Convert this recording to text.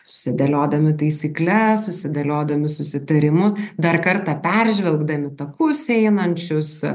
susidėliodami taisykles susidėliodami susitarimus dar kartą peržvelgdami takus einančius